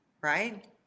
right